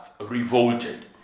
revolted